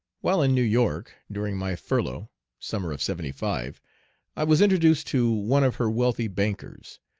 while in new york during my furlough summer of seventy five i was introduced to one of her wealthy bankers.